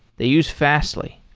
they use fastly.